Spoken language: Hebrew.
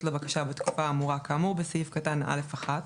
לבקשה בתקופה האמורה כאמור בסעיף קטן (א)(1),